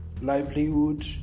livelihood